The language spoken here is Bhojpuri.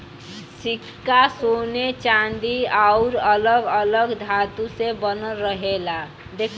सिक्का सोने चांदी आउर अलग अलग धातु से बनल रहेला